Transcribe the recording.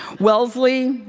wellesley,